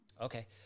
Okay